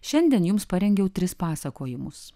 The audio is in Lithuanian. šiandien jums parengiau tris pasakojimus